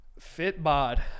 FitBod